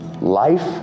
life